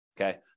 okay